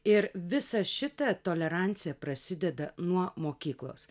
ir visa šita tolerancija prasideda nuo mokyklos